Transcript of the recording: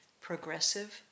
progressive